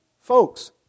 Folks